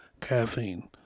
caffeine